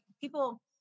people